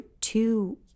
two